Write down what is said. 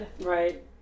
right